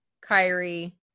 Kyrie